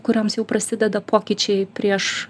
kurioms jau prasideda pokyčiai prieš